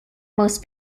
most